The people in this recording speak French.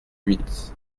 huit